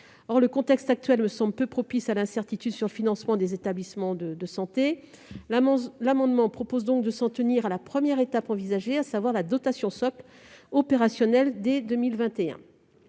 Or le contexte actuel me semble peu propice à l'incertitude sur le financement des établissements de santé. L'amendement vise donc à s'en tenir à la première étape envisagée, à savoir la dotation socle, opérationnelle dès 2021.